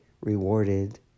rewarded